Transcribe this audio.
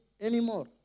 anymore